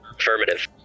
Affirmative